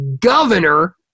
governor